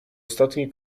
ostatniej